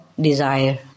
desire